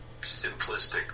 simplistic